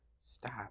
stop